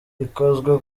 ikozwe